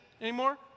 anymore